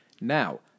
Now